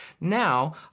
Now